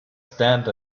stand